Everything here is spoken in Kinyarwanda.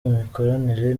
imikoranire